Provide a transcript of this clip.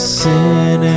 sin